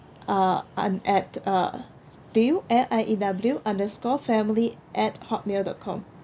uh un~ at uh liew L I E W underscore family at hotmail dot com